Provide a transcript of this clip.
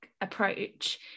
approach